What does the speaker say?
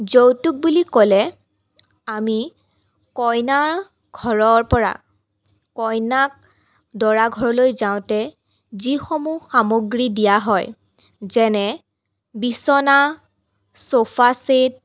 যৌতুক বুলি ক'লে আমি কইনা ঘৰৰ পৰা কইনাক দৰা ঘৰলৈ যাওঁতে যিসমূহ সামগ্ৰী দিয়া হয় যেনে বিচনা চোফা চেট্